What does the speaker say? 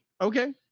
okay